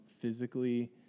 physically